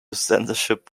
censorship